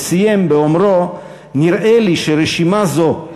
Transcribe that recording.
וסיים באומרו: "נראה לי שרשימה זו,